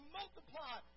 multiply